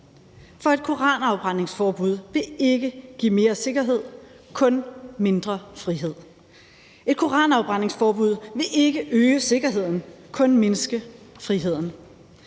for et koranafbrændingsforbud vil ikke give mere sikkerhed, kun mindre frihed. Et koranafbrændingsforbud vil ikke øge sikkerheden, kun mindske friheden.